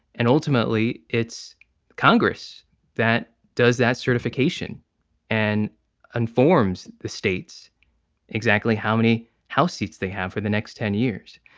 and ultimately, it's congress that does that certification and informs the states exactly how many house seats they have for the next ten years.